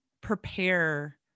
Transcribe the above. prepare